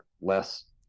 less